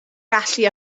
gallu